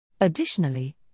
Additionally